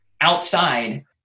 outside